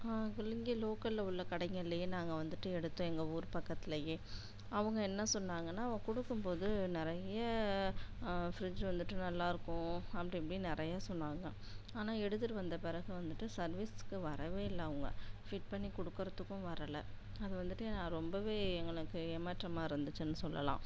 இங்கே லோக்கலில் உள்ளே கடைங்கள்லயே நாங்கள் வந்துட்டு எடுத்தோம் எங்கள் ஊர் பக்கத்துலேயே அவங்க என்ன சொன்னாங்கன்னால் கொடுக்கும் போது நிறைய ஃப்ரிட்ஜ் வந்துட்டு நல்லா இருக்கும் அப்படி இப்படினு நிறைய சொன்னாங்கள் ஆனால் எடுத்துட்டு வந்த பிறகு வந்துட்டு சர்வீஸ்க்கு வரவே இல்லை அவங்க ஃபிட் பண்ணி கொடுக்கறதுக்கும் வரல அது வந்துட்டு நான் ரொம்பவே எங்களுக்கு ஏமாற்றமாக இருந்துச்சுனு சொல்லலாம்